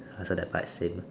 so that part is same